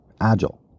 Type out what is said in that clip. Agile